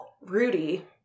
Rudy